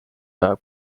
ajab